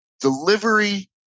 delivery